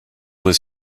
was